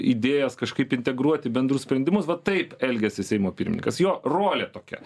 idėjas kažkaip integruoti į bendrus sprendimus va taip elgiasi seimo pirmininkas jo rolė tokia